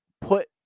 put